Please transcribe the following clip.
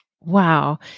Wow